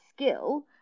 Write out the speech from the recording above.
skill